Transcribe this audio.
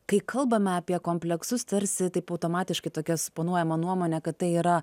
kai kalbame apie kompleksus tarsi taip automatiškai tokia suponuojama nuomonė kad tai yra